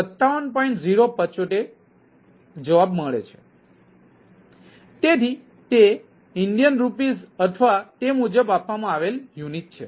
075 છે તેથી તે INR અથવા તે મુજબ આપવામાં આવેલા યુનિટ છે